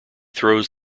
throws